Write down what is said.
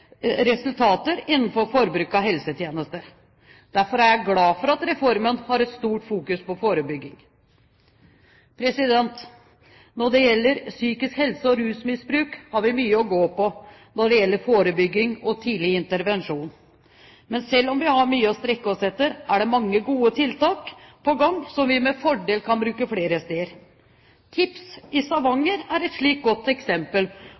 resultater innenfor forbruk av helsetjenester. Derfor er jeg glad for at reformen har et stort fokus på forebygging. Når det gjelder psykisk helse og rusmisbruk, har vi mye å gå på når det gjelder forebygging og tidlig intervensjon. Men selv om vi har mye å strekke oss etter, er det mange gode tiltak på gang som vi med fordel kan bruke flere steder. TIPS i Stavanger er et slikt godt eksempel